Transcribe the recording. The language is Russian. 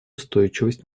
устойчивость